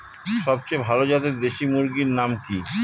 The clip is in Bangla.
সবচেয়ে ভালো জাতের দেশি মুরগির নাম কি?